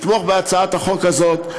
לתמוך בהצעת החוק הזאת.